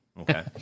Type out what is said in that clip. okay